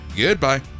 Goodbye